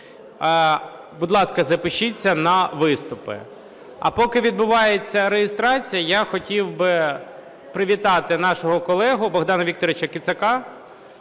Будь ласка, запишіться на виступи. А поки відбувається реєстрація, я хотів би привітати нашого колегу Богдана Вікторовича Кицака